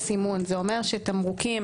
אומר שתמרוקים